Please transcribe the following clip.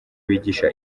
bigisha